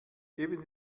geben